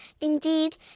indeed